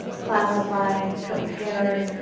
classifying, comparing,